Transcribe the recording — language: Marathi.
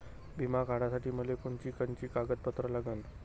बिमा काढासाठी मले कोनची कोनची कागदपत्र लागन?